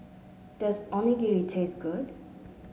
does Onigiri taste good